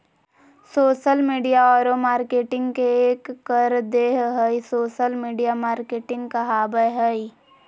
social media औरो marketing के एक कर देह हइ सोशल मिडिया मार्केटिंग कहाबय हइ